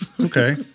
Okay